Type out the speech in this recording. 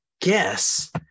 guess